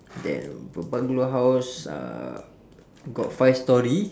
then bu~ bungalow house uh got five storey